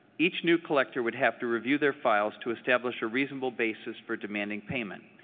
each new collector would have to review their files to establish a reasonable basis for demanding payment,